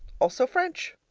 also french.